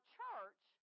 church